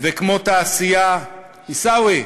וכמו תעשייה, עיסאווי,